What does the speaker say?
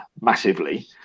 massively